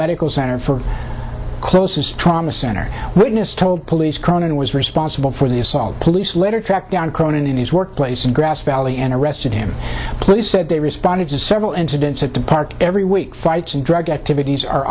medical center for closest trauma center witness told police cronin was responsible for the assault police later tracked down cronin in his workplace in grass valley and arrested him police said they responded to several incidents at the park every week fights and drug activities are